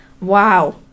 Wow